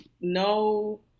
no